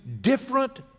different